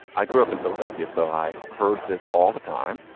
i grew up in philadelphia, so i heard this all the time.